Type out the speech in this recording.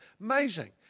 Amazing